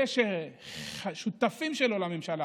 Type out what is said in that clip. זה שהשותפים שלו לממשלה